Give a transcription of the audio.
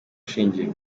ushingiye